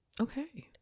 okay